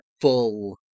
full